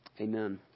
Amen